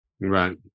Right